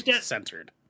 centered